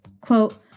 Quote